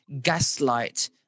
gaslight